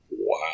Wow